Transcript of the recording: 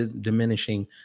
diminishing